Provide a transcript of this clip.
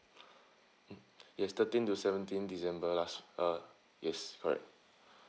mm yes thirteen to seventeen december last uh yes correct